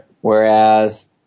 Whereas